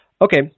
Okay